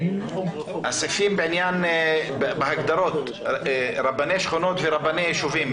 הסעיפים בהגדרות בעניין רבני שכונות ורבני יישובים,